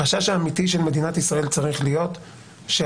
החשש האמיתי של מדינת ישראל צריך להיות שההוצאה